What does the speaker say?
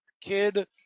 kid